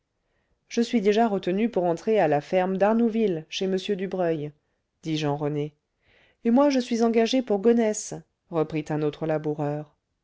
je suis déjà retenu pour entrer à la ferme d'arnouville chez m dubreuil dit jean rené et moi je suis engagé pour gonesse reprit un autre laboureur